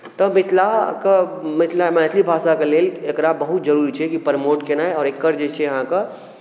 तऽ बिकला कऽ मिथला मैथली भाषाके लेल एकरा बहुत जरूरी छै कि प्रमोट कयनाइ आओर एकर जे छै अहाँके